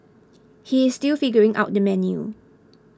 he is still figuring out the menu